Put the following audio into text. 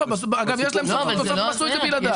יש להם סמכות ובסוף הם עשו את זה בלעדיו.